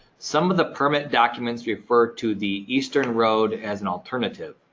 some of the permit documents refer to the eastern road as an alternative.